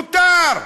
מותר.